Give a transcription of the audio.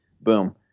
Boom